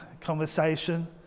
conversation